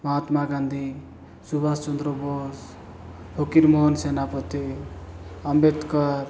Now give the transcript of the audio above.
Mahatma Gandhi Subhash Chandra Bose Fakirmohan Senapati Ambedkar